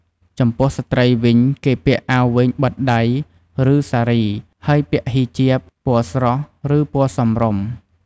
ចំពោះស្ត្រីវិញ គេពាក់អាវវែងបិទដៃ ឬ សារី ហើយពាក់ហ៊ីជាប ពណ៌ស្រស់ ឬ ពណ៌សមរម្យ។